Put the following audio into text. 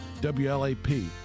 WLAP